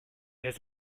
has